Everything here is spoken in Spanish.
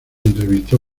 entrevistó